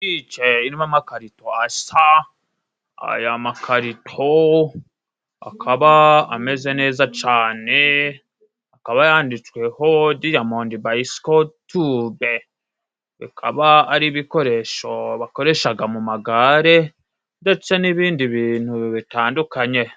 Butike irimo amakarito asa. Aya makarito akaba ameze neza cane, akaba yanditsweho diyamonde bayisiko tube. Akaba ari ibikoresho bakoreshaga mu magare, ndetse n'ibindi bintu bitandukanye.